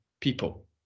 people